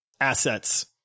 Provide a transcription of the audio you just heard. assets